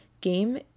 game